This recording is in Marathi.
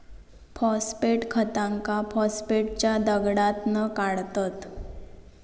फॉस्फेट खतांका फॉस्फेटच्या दगडातना काढतत